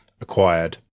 acquired